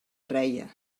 reia